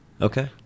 Okay